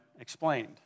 explained